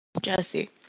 Jesse